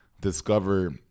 discover